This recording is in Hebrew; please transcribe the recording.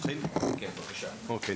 אוקיי,